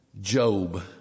Job